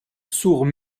sourd